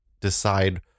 decide